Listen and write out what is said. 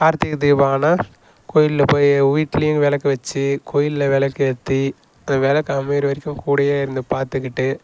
கார்த்திகை தீபம் ஆனால் கோயில்ல போய் வீட்டிலியும் விளக்கு வச்சு கோயில்ல விளக்கு ஏற்றி விளக்கு அமைகிற வரைக்கும் கூடவே இருந்து பார்த்துக்கிட்டு